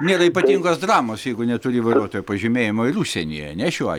nėra ypatingos dramos jeigu neturi vairuotojo pažymėjimo ir užsienyje ane šiuo